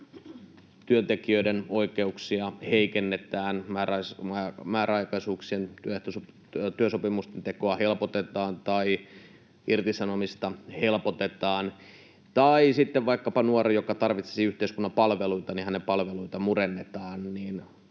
työntekijöiden oikeuksia heikennetään, määräaikaisten työsopimusten tekoa helpotetaan tai irtisanomista helpotetaan, tai sitten vaikkapa nuoren, joka tarvitsisi yhteiskunnan palveluita, hänen palveluita murennetaan,